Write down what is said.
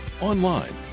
online